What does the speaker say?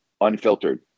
Unfiltered